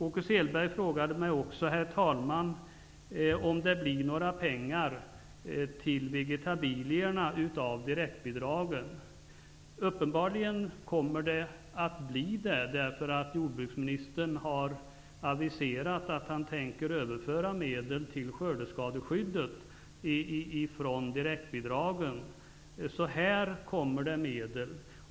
Åke Sehlberg frågade också om det blir några pengar från direktbidragen till vegetabilierna. Uppenbarligen blir det så, eftersom jordbruksministern har aviserat att han tänker överföra medel från direktbidragen till skördeskadeskydden. I det här sammanhanget kommer det alltså att tillföras medel.